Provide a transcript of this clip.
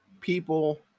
people